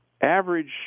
average